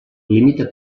limita